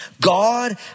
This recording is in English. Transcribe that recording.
God